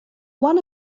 one